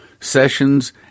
Sessions